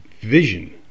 vision